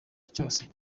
cyose